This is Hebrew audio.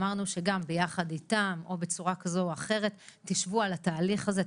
אמרנו שגם יחד איתם תשבו על התהליך הזה,